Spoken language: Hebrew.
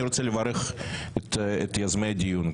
אני רוצה לברך את יוזמי הדיון,